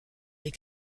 les